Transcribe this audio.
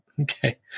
Okay